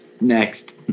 Next